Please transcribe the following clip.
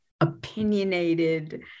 opinionated